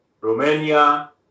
Romania